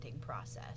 process